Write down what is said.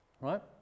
Right